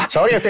Sorry